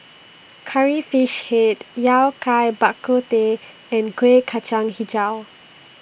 Curry Fish Head Yao Kai Bak Kut Teh and Kuih Kacang Hijau